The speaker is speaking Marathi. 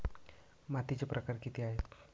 मातीचे प्रकार किती आहेत?